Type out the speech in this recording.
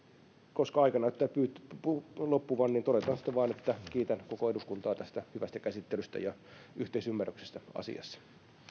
koska aika näyttää loppuvan niin todetaan sitten vaan että kiitän koko eduskuntaa tästä hyvästä käsittelystä ja yhteisymmärryksestä asiassa